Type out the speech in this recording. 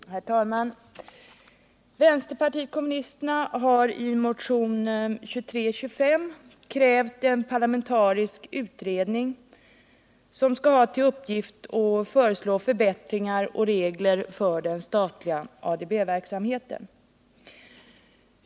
Herr talman! Vänsterpartiet kommunisterna har i motion 2325 krävt en parlamentarisk utredning som skall ha till uppgift att föreslå förbättringar och regler för den statliga ADB-verksamheten.